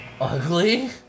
Ugly